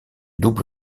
double